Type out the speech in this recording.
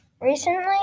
Recently